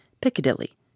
Piccadilly